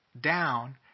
down